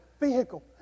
vehicle